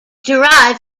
derived